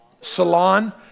salon